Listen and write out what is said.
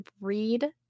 read